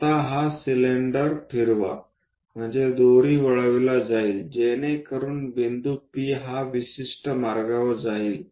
आता हे सिलिंडर फिरवा म्हणजे दोरी वळविला जाईल जेणेकरून बिंदू P हा विशिष्ट मार्गावर जाईल